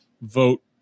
vote